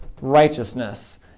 righteousness